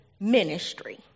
ministry